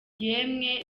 yemwe